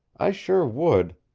i sure would.